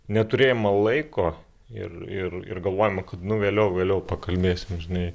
neturėjimą laiko ir ir ir galvojama kad nu vėliau vėliau pakalbėsim žinai